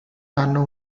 hanno